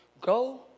Go